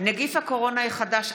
(נגיף הקורונה החדש,